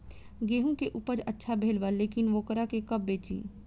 गेहूं के उपज अच्छा भेल बा लेकिन वोकरा के कब बेची?